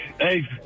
Hey